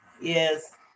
Yes